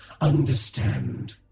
understand